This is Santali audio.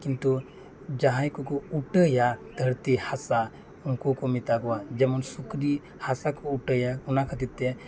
ᱠᱤᱱᱛᱩ ᱠᱤᱱᱛᱩ ᱡᱟᱦᱟᱸᱭ ᱠᱚᱠᱚ ᱩᱴᱟᱹᱭᱟ ᱫᱷᱟᱹᱨᱛᱤ ᱦᱟᱸᱥᱟ ᱩᱱᱠᱩ ᱠᱚ ᱢᱮᱛᱟ ᱠᱚᱣᱟ ᱡᱮᱢᱚᱱ ᱥᱩᱠᱨᱤ ᱦᱟᱸᱥᱟ ᱠᱚ ᱩᱴᱟᱹᱭᱟ ᱚᱱᱟ ᱠᱷᱟᱹᱛᱤᱨ ᱛᱮ